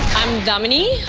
i'm damini.